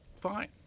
fine